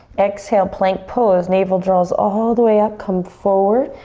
exhale, plank pose. navel draws all the way up, come forward.